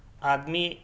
آدمی